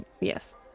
yes